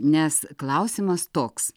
nes klausimas toks